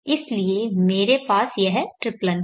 इसलिए मेरे पास यह ट्रिप्लन है